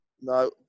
No